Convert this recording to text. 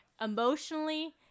emotionally